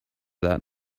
that